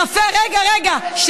יפה, רגע, רגע.